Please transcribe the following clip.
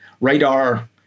radar